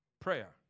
Prayer